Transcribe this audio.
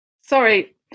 Sorry